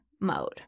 mode